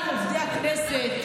גם עובדי הכנסת